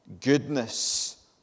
goodness